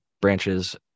branches